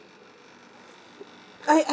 I I'm